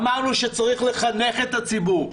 אמרנו שצריך לחנך את הציבור.